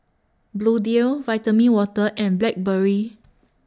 Bluedio Vitamin Water and Blackberry